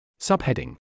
Subheading